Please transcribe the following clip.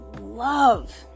love